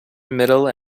middle